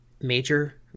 major